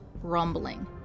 rumbling